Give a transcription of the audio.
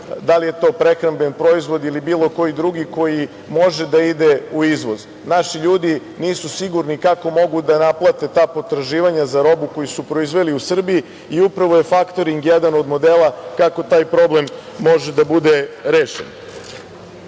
da li je to prehramben proizvod ili bilo koji drugi koji može da ide u izvoz. Naši ljudi nisu sigurni kako mogu da naplate ta potraživanja za robu koju su proizveli u Srbiji i upravo je faktoring jedan od modela kako taj problem može da bude rešen. Kada